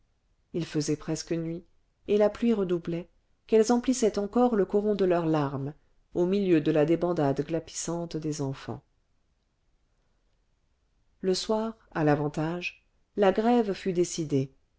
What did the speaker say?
il faisait presque nuit et la pluie redoublait qu'elles emplissaient encore le coron de leurs larmes au milieu de la débandade glapissante des enfants le soir à l'avantage la grève fut décidée